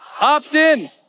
Opt-in